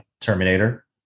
Terminator